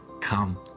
come